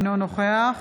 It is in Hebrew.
אינו נוכח